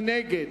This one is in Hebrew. מי נגד?